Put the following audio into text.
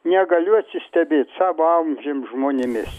negaliu atsistebėt savo amžium žmonėmis